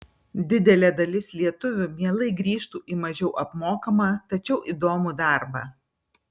didelė dalis lietuvių mielai grįžtų į mažiau apmokamą tačiau įdomų darbą